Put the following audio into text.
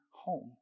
home